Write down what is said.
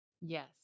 Yes